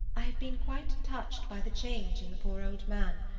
i have been quite touched by the change in the poor old man.